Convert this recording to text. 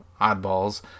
oddballs